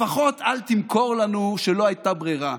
לפחות אל תמכור לנו שלא הייתה ברירה.